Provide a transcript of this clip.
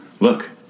Look